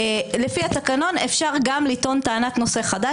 לפי התקנון אפשר גם לטעון טענת נושא חדש